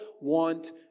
want